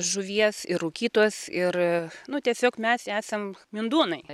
žuvies ir rūkytos ir nu tiesiog mes esam mindūnai